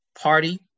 party